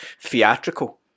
theatrical